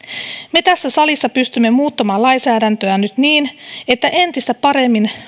me tässä salissa pystymme muuttamaan lainsäädäntöä nyt niin että entistä paremmin